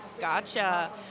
Gotcha